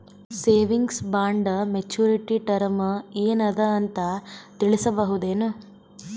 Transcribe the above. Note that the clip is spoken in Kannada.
ಸೇವಿಂಗ್ಸ್ ಬಾಂಡ ಮೆಚ್ಯೂರಿಟಿ ಟರಮ ಏನ ಅದ ಅಂತ ತಿಳಸಬಹುದೇನು?